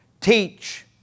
Teach